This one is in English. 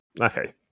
Okay